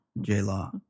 J-Law